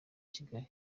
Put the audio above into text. kigali